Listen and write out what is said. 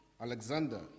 Alexander